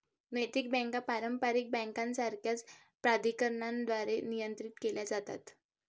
नैतिक बँका पारंपारिक बँकांसारख्याच प्राधिकरणांद्वारे नियंत्रित केल्या जातात